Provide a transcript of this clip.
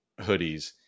hoodies